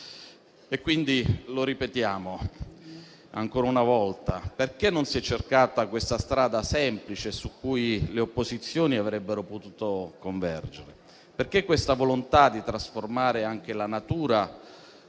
sistema. Lo ripetiamo ancora una volta: perché non si è cercata questa strada semplice su cui le opposizioni avrebbero potuto convergere? Perché questa volontà di trasformare anche la natura